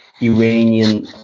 Iranian